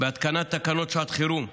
בהתקנת תקנות שעת חירום.